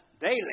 daily